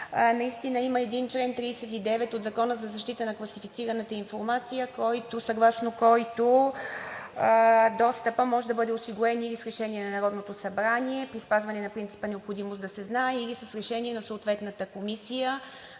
Наистина има един чл. 39 от Закона за защита на класифицираната информация, съгласно който достъпът може да бъде осигурен или с решение на Народното събрание при спазване на принципа „необходимост да се знае“, или с решение на съответната комисия.